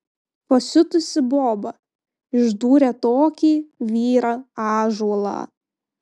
pasiutusi boba išdūrė tokį vyrą ąžuolą